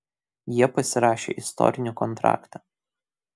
jie pasirašė istorinį kontraktą